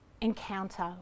Encounter